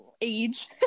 age